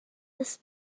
that